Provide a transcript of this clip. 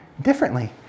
differently